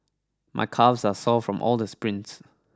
my calves are sore from all the sprints